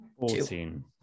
Fourteen